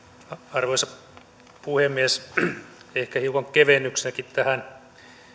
arvoisa puhemies ehkä hiukan kevennyksenäkin tähän